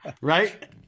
right